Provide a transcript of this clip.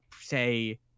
say